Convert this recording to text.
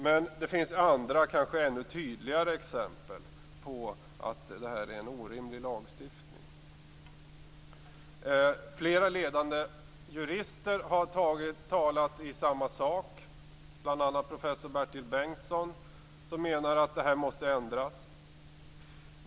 Men det finns andra kanske ännu tydligare exempel på att detta är en orimlig lagstiftning. Flera ledande jurister har talat om samma sak, bl.a. professor Bertil Bengtsson, som menar att detta måste ändras.